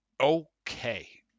Okay